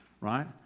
Right